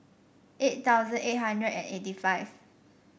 eight thousand eight hundred and eighty five